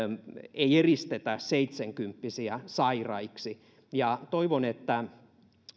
ei eristetä seitsenkymppisiä sairaiksi ja toivon että